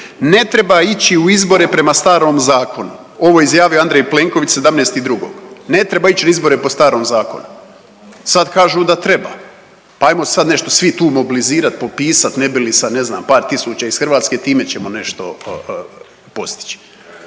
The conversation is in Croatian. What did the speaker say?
ne treba ići u izbore prema starom zakonu, ovo je izjavio Andrej Plenković 17.2., ne treba ić na izbore po starom zakonu. Sad kažu da treba, pa ajmo sad nešto svi tu mobilizirat i popisat ne bi li sa ne znam par tisuća iz Hrvatske time ćemo nešto postići,